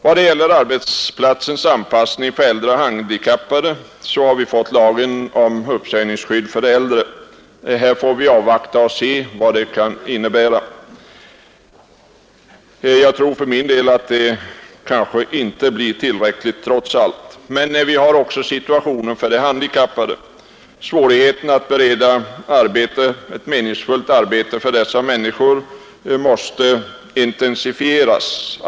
Vad gäller arbetsplatsens anpassning till äldre och handikappade har vi fått lagen om uppsägningsskydd för de äldre. Här får vi avvakta och se vad den kan innebära. Jag tror för min del att det kanske, trots allt, inte blir tillräckligt. Men vi har också situationen för de handikappade. Strävandena att bereda ett meningsfullt arbete för dessa människor måste intensifieras.